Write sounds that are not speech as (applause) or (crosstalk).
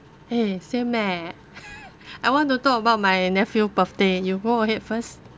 eh same eh (laughs) I want to talk about my nephew birthday you go ahead first